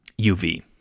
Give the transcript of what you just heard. UV